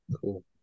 Cool